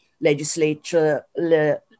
legislature